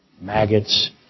Maggots